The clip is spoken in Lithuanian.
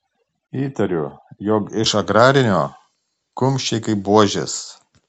įtariu jog iš agrarinio kumščiai kaip buožės